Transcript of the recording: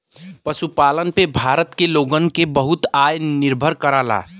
पशुपालन पे भारत के लोग क बहुते आय निर्भर करला